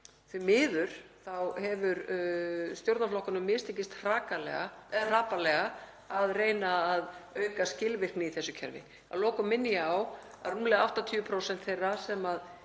Því miður hefur stjórnarflokkunum mistekist hrapallega að reyna að auka skilvirkni í þessu kerfi. Að lokum minni ég á að rúmlega 80% þeirra sem